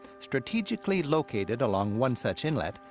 strategically located along one such inlet,